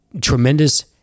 tremendous